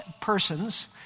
persons